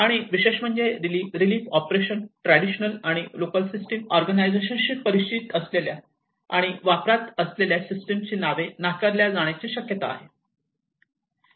आणि विशेष म्हणजे रीलीफ ऑपरेशन ट्रॅडिशनल आणि लोकल सिस्टम ऑर्गनायझेशन शी परिचित असलेल्या आणि वापरात असलेल्या सिस्टम ची नावे नाकारले जाण्याची शक्यता आहे